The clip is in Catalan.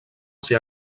ser